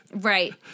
right